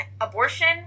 abortion